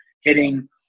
hitting